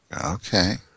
Okay